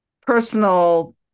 personal